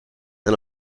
and